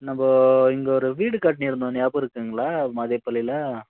நம்ப இங்கே ஒரு வீடு கட்டி இருந்தோம் ஞாபகம் இருக்குங்களா மாதைய பள்ளியில